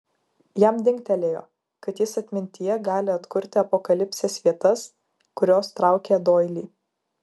jam dingtelėjo kad jis atmintyje gali atkurti apokalipsės vietas kurios traukė doilį